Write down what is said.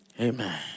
Amen